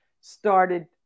started